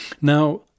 Now